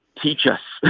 teach us